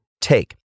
take